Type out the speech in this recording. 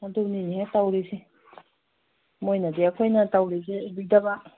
ꯑꯗꯨꯅꯤꯅꯦꯍꯦ ꯇꯧꯔꯤꯁꯦ ꯃꯣꯏꯅꯗꯤ ꯑꯩꯈꯣꯏꯅ ꯇꯧꯔꯤꯁꯦ ꯎꯕꯤꯗꯕ